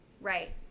Right